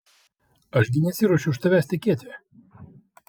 aš gi nesiruošiu už tavęs tekėti